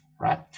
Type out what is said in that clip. right